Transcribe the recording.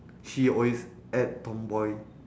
she always act tomboy